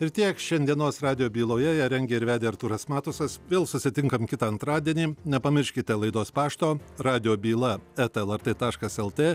ir tiek šiandienos radijo byloje ją rengė ir vedė artūras matusas vėl susitinkam kitą antradienį nepamirškite laidos pašto radijo byla eta lrt taškas lt